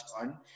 on